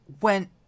went